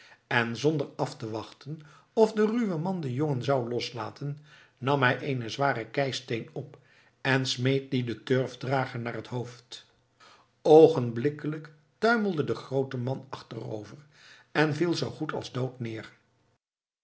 en zonder af te wachten of de ruwe man den jongen zou loslaten nam hij eenen zwaren keisteen op en smeet dien den turfdrager naar het hoofd oogenblikkelijk tuimelde de groote man achterover en viel zoo goed als dood neer